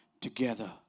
together